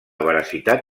veracitat